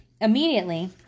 Immediately